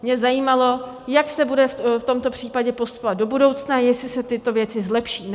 Mě zajímalo, jak se bude v tomto případě postupovat do budoucna, jestli se tyto věci zlepší.